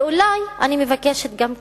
ואולי, אני מבקשת גם כן,